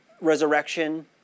resurrection